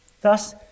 Thus